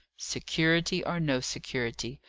security, or no security,